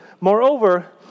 moreover